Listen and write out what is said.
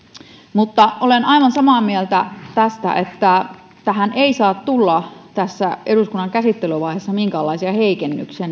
olen aivan samaa mieltä siitä että nimenomaan näihin ympäristölupamenettelyihin ei saa tulla eduskunnan käsittelyvaiheissa minkäänlaisia heikennyksiä